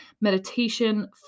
meditation